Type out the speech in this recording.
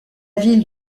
ville